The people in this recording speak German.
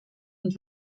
und